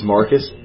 Marcus